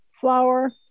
flour